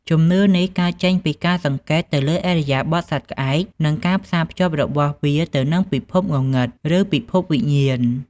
ជំនឿនេះកើតចេញពីការសង្កេតទៅលើឥរិយាបថសត្វក្អែក និងការផ្សារភ្ជាប់របស់វាទៅនឹងពិភពងងឹត ឬពិភពវិញ្ញាណ